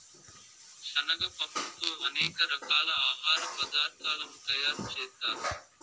శనగ పప్పుతో అనేక రకాల ఆహార పదార్థాలను తయారు చేత్తారు